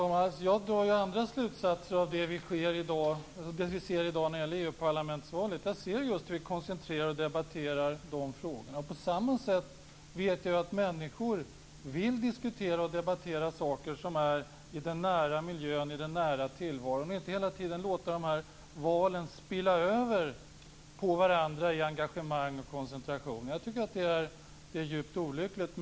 Herr talman! Jag drar andra slutsatser av det som vi ser i dag när det gäller EU-parlamentsvalet. Vi koncentrerar oss där på att diskutera just EU-frågor. Jag vet att människor på samma sätt vill debattera saker i den nära miljön och i den nära tillvaron. De vill inte låta de här valen hela tiden spilla över på varandra i engagemang och koncentration. Jag tycker att det är djupt olyckligt.